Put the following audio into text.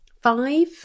Five